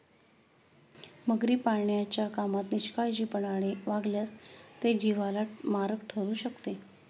मगरी पाळण्याच्या कामात निष्काळजीपणाने वागल्यास ते जीवाला मारक ठरू शकते